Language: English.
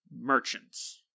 merchants